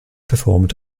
performed